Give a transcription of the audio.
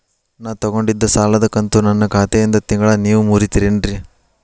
ನಾ ತೊಗೊಂಡಿದ್ದ ಸಾಲದ ಕಂತು ನನ್ನ ಖಾತೆಯಿಂದ ತಿಂಗಳಾ ನೇವ್ ಮುರೇತೇರೇನ್ರೇ?